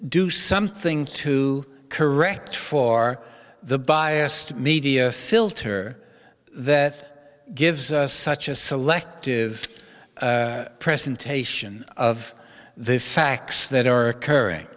do something to correct for the biased media filter that gives such a selective presentation of the facts that are occurring